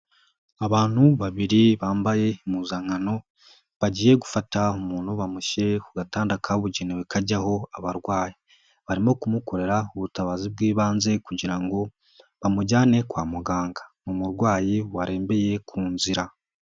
Abantu babiri bambaye impuzankano bagiye gufata umuntu bamushyire ku gatanda kabugenewe kajyaho abarwayi, barimo kumukorera ubutabazi bw'ibanze kugira ngo bamujyane kwa muganga, ni umurwayi warembeye ku nzira.